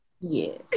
yes